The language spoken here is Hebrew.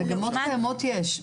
מגמות קיימות יש.